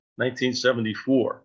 1974